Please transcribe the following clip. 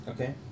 Okay